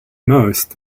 most